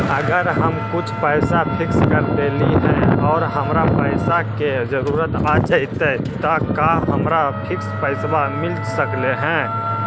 अगर हम कुछ पैसा फिक्स कर देली हे और हमरा पैसा के जरुरत आ जितै त का हमरा फिक्स पैसबा मिल सकले हे?